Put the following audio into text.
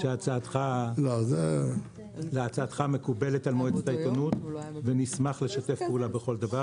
שהצעתך מקובלת על מועצת העיתונות ונשמח לשתף פעולה בכל דבר.